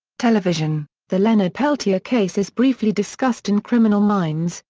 television the leonard peltier case is briefly discussed in criminal minds,